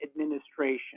administration